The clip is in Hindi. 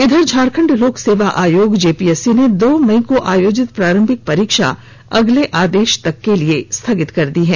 इधर झारखंड लोक सेवा आयोग जेपीएससी ने दो मई को आयोजित प्रारंभिक परीक्षा अगले आदेश तक के लिए स्थगित कर दी गई है